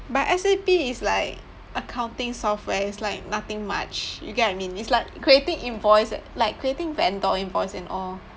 but S_A_P is like accounting software it's like nothing much you get what I mean it's like creating invoice eh like creating vendor invoice and all